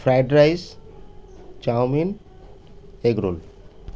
fried rice chowmein egg role